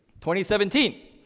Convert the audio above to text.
2017